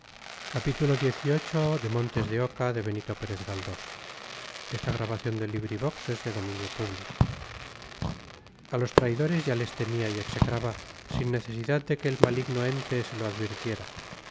a los traidores ya les temía y execraba sin necesidad de que el maligno ente se lo advirtiera